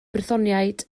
brythoniaid